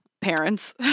parents